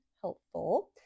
helpful